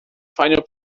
final